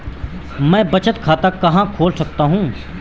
मैं बचत खाता कहां खोल सकता हूं?